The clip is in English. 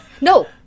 No